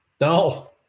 No